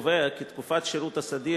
קובע כי תקופת שירות סדיר